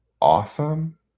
awesome